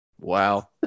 Wow